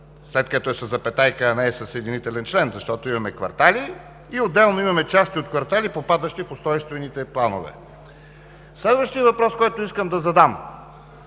след като е със запетайка, а не е със съединителен член, защото имаме квартали и отделно имаме части от квартали, попадащи в устройствените планове? Следващият въпрос, който искам да задам: